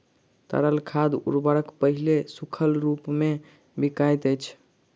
तरल खाद उर्वरक पहिले सूखल रूपमे बिकाइत अछि